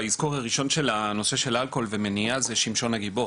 האזכור הראשון של הנושא של האלכוהול ומניעה זה שמשון הגיבור.